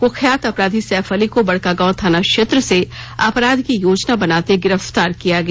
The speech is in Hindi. कुख्यात अपराधी सैफ अली को बड़कागांव थाना क्षेत्र से अपराध की योजना बनाते गिरफ्तार किया गया